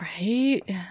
Right